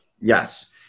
Yes